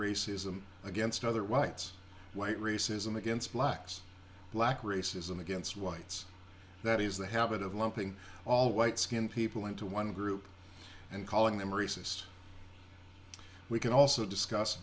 racism against other whites white racism against blacks black racism against whites that is the habit of lumping all white skinned people into one group and calling them racist we can also discuss